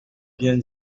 bien